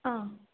ಹಾಂ